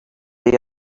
they